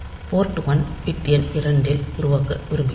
board 1 bit எண் 2 இல் உருவாக்க விரும்புகிறோம்